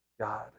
God